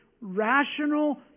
rational